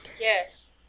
yes